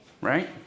Right